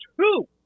two